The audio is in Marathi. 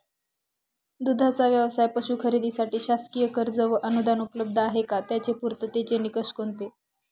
दूधाचा व्यवसायास पशू खरेदीसाठी शासकीय कर्ज व अनुदान उपलब्ध आहे का? त्याचे पूर्ततेचे निकष कोणते?